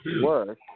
work